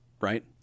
Right